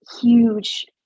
huge